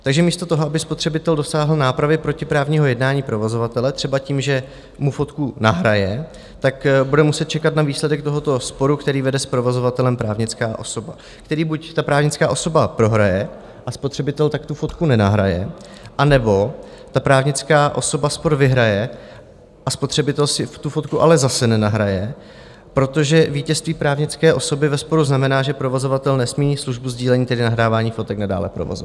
Takže místo toho, aby spotřebitel dosáhl nápravy protiprávního jednání provozovatele třeba tím, že mu fotku nahraje, bude muset čekat na výsledek tohoto sporu, který vede s provozovatelem právnická osoba, který buď ta právnická osoba prohraje a spotřebitel tak tu fotku nenahraje, anebo ta právnická osoba spor vyhraje a spotřebitel si tu fotku ale zase nenahraje, protože vítězství právnické osoby ve sporu znamená, že provozovatel nesmí službu sdílení, tedy nahrávání fotek, nadále provozovat.